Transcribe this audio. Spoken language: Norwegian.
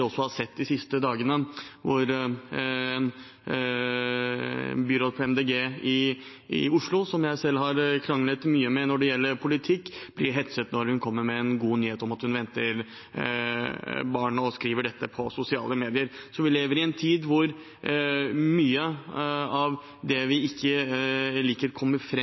har sett de siste dagene, hvor en byråd fra Miljøpartiet De Grønne i Oslo, som jeg selv har kranglet mye med når det gjelder politikk, blir hetset når hun kommer med en god nyhet om at hun venter barn og skriver dette på sosiale medier. Vi lever i en tid hvor mye av det vi ikke liker, kommer